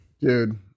Dude